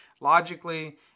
Logically